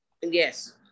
Yes